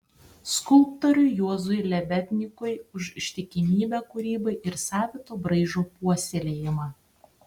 skulptoriui juozui lebednykui už ištikimybę kūrybai ir savito braižo puoselėjimą